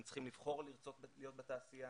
הם צריכים לבחור לרצות להיות בתעשייה,